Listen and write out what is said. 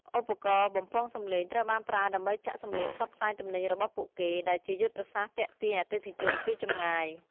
ឧបករណ៍បំពងសំឡេងត្រូវបានប្រើដើម្បីចាក់សំឡេងផ្សព្វផ្សាយទំនិញរបស់ពួកគេ ដែលជាយុទ្ធសាស្ត្រទាក់ទាញអតិថិជនពីចម្ងាយ។